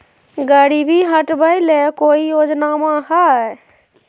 गरीबी हटबे ले कोई योजनामा हय?